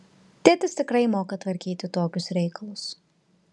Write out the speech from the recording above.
tėtis tikrai moka tvarkyti tokius reikalus